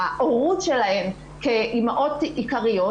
ההורות שלהן כאימהות עיקריות,